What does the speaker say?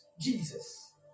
Jesus